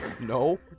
No